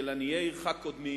"עניי עירך קודמים"